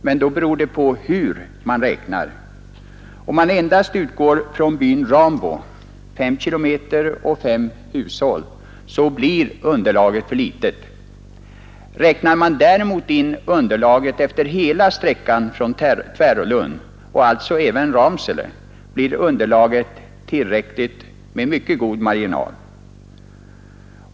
Men då beror det på hur man räknar. Om man endast utgår från byn Rambo, — fem kilometer och fem hushåll — blir underlaget för litet. Räknar man däremot underlaget utefter hela sträckan från Tvärålund och alltså tar med även Ramsele, blir underlaget tillräckligt med mycket god marginal.